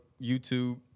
YouTube